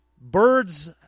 birds